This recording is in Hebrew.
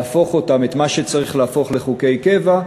להפוך אותן את מה שצריך להפוך לחוקי קבע,